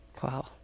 Wow